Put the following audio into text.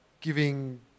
giving